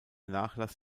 nachlass